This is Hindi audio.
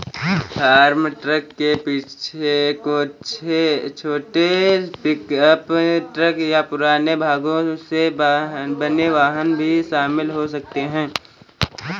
फार्म ट्रक में छोटे पिकअप ट्रक या पुराने भागों से बने वाहन भी शामिल हो सकते हैं